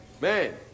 man